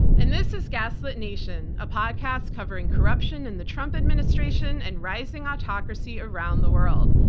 and this is gaslit nation, a podcast covering corruption in the trump administration and rising autocracy around the world.